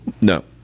No